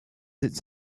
its